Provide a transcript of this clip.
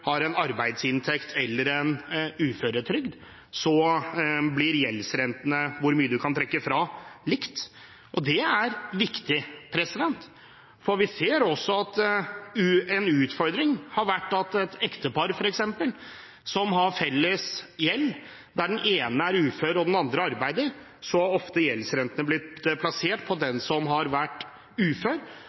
har en arbeidsinntekt eller en uføretrygd, blir hvor mye man kan trekke fra i gjeldsrenter, likt. Og det er viktig, for vi ser også at en utfordring har vært at der f.eks. et ektepar har felles gjeld, og der den ene er ufør og den andre arbeider, har gjeldsrentene ofte blitt plassert på den som har vært ufør,